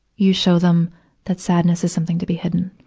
you show them that sadness is something to be hidden.